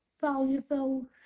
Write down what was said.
valuable